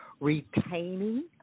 retaining